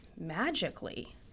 magically